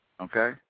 okay